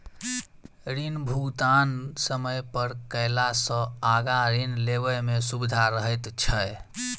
ऋण भुगतान समय पर कयला सॅ आगाँ ऋण लेबय मे सुबिधा रहैत छै